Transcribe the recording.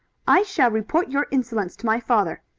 i shall report your insolence to my father.